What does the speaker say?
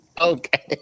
okay